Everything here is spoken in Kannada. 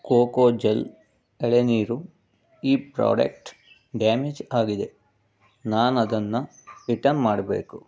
ಕೋಕೋ ಜಲ್ ಎಳನೀರು ಈ ಪ್ರಾಡಕ್ಟ್ ಡ್ಯಾಮೇಜ್ ಆಗಿದೆ ನಾನು ಅದನ್ನು ರಿಟರ್ನ್ ಮಾಡಬೇಕು